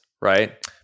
right